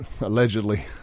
allegedly